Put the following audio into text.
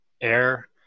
air